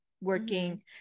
working